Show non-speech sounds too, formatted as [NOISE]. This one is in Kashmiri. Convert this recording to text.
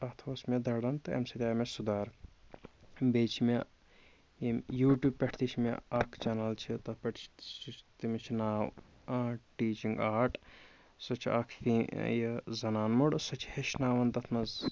تَتھ اوس مےٚ دَران تہٕ اَمہِ سۭتۍ آے مےٚ سُدھار بیٚیہِ چھِ مےٚ ییٚمۍ یوٗٹیوٗب پٮ۪ٹھ تہِ چھِ مےٚ اَکھ چَنَل چھِ تَتھ پٮ۪ٹھ تٔمِس چھِ ناو ٹیٖچِنٛگ آٹ سُہ چھُ اَکھ [UNINTELLIGIBLE] یہِ زَنان موٚنٛڈ سُہ چھِ ہیٚچھناوان تَتھ منٛز